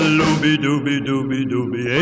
Looby-dooby-dooby-dooby